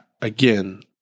Again –